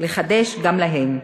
לחדש גם להם: